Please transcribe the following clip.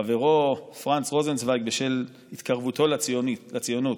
בחברו פרנץ רוזנצווייג בשל התקרבותו לציונות: